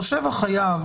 חושב החייב